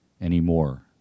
anymore